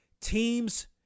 teams